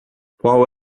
qual